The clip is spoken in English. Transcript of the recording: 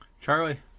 Charlie